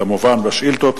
כמובן, בשאילתות.